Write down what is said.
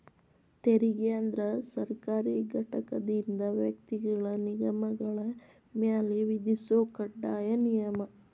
ತೆರಿಗೆ ಅಂದ್ರ ಸರ್ಕಾರಿ ಘಟಕದಿಂದ ವ್ಯಕ್ತಿಗಳ ನಿಗಮಗಳ ಮ್ಯಾಲೆ ವಿಧಿಸೊ ಕಡ್ಡಾಯ ನಿಯಮ